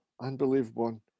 unbelievable